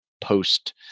post